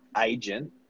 agent